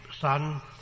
son